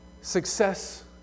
Success